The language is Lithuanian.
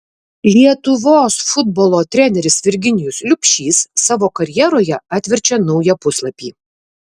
lietuvos futbolo treneris virginijus liubšys savo karjeroje atverčia naują puslapį